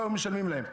והיום משלמים להם.